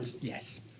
yes